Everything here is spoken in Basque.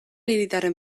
hiritarren